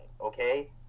okay